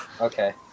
Okay